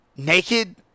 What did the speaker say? naked